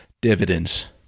dividends